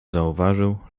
zauważył